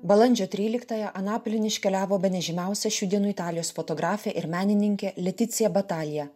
balandžio tryliktąją anapilin iškeliavo bene žymiausia šių dienų italijos fotografė ir menininkė leticija batalija